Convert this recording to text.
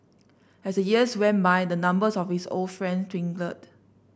as the years went by the numbers of his old friends dwindled